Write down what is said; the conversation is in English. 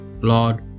Lord